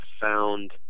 found